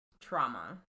trauma